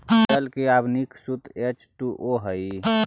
जल के आण्विक सूत्र एच टू ओ हई